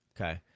Okay